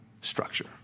structure